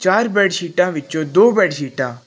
ਚਾਰ ਬੈੱਡ ਸ਼ੀਟਾਂ ਵਿੱਚੋਂ ਦੋ ਬੈੱਡ ਸ਼ੀਟਾਂ